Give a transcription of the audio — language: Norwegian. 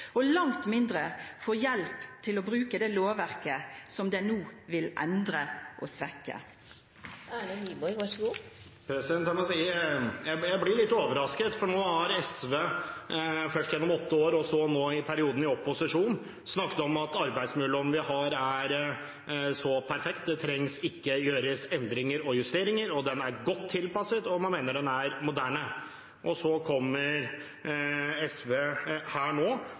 og langt mindre får hjelp til å bruka det lovverket som ein no vil endra og svekkja. La meg si at jeg blir litt overrasket, for nå har SV først gjennom åtte år og så nå i perioden i opposisjon snakket om at arbeidsmiljøloven vi har, er så perfekt, det trengs ikke endringer og justeringer, og den er godt tilpasset, og man mener den er moderne. Og så kommer SV her nå